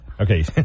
Okay